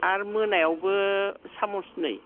आर मोनायावबो साम'सनै